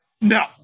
No